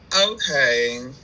okay